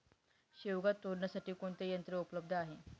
शेवगा तोडण्यासाठी कोणते यंत्र उपलब्ध आहे?